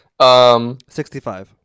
65